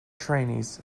trainees